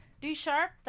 d-sharp